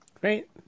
Great